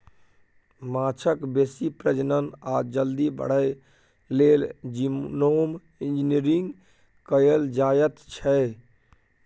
माछक बेसी प्रजनन आ जल्दी बढ़य लेल जीनोम इंजिनियरिंग कएल जाएत छै